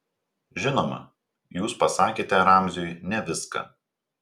žinoma jūs pasakėte ramziui ne viską